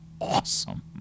awesome